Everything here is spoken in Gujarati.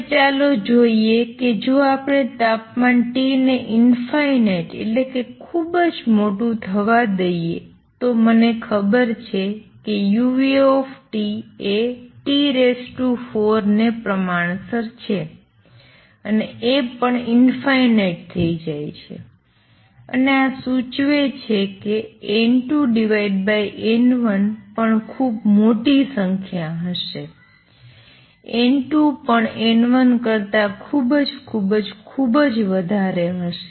હવે ચાલો જોઈએ કે જો આપણે તાપમાન T ને એટલે કે ખૂબ જ મોટુ થવા દઈએ તો મને ખબર છે કે uT એ T4 ને પ્રમાણસર છે અને એ પણ થઈ જાય છે અને આ સૂચવે છે કે N2N1 પણ ખૂબ મોટી સંખ્યા હશે N2 પણ N1 કરતા ખુબજ ખુબજ ખુબજ વધારે હશે